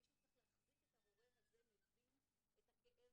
מישהו צריך להחזיק את ההורה הזה מבין את הכאב